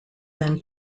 than